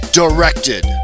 directed